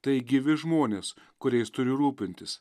tai gyvi žmonės kuriais turi rūpintis